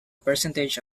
percentage